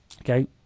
Okay